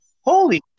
Holy